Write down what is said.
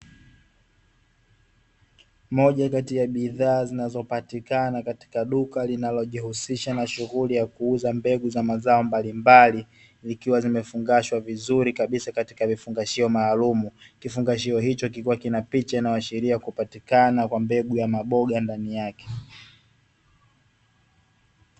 Moja kati ya bidhaa zinazopatikana katika duka linalojihusisha na shughuli ya kuuza mbegu za mazao mbalimbali, zikiwa zimefungashwa vizuri kabisa katika vifungashio maalumu. Kifungashio hicho kikiwa kina picha inayoashiria kupatikana kwa mbegu ya maboga ndani yake.